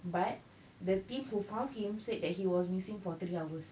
but the team who found him said that he was missing for three hours